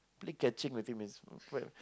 play catching with him it's quite